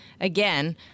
again